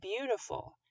beautiful